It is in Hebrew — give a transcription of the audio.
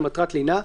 למטרת לינה,